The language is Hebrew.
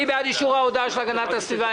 מי בעד אישור ההודעה של המשרד להגנת הסביבה?